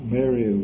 Mary